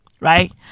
Right